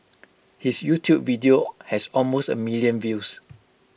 his YouTube video has almost A million views